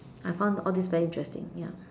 I found all this very interesting ya